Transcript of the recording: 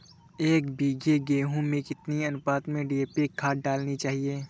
एक बीघे गेहूँ में कितनी अनुपात में डी.ए.पी खाद डालनी चाहिए?